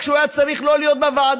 כשהוא היה צריך לא להיות בוועדה,